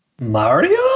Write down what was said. Mario